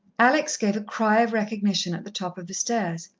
alex gave a cry of recognition at the top of the stairs.